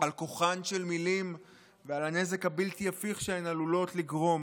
על כוחן של מילים ועל הנזק הבלתי-הפיך שהן עלולות לגרום,